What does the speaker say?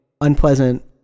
unpleasant